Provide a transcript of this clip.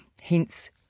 Hence